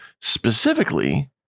specifically